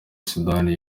sudani